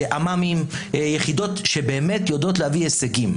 יחידות שבאמת יודעות להביא הישגים.